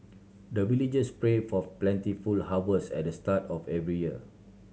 the villagers pray for plentiful harvest at the start of every year